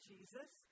Jesus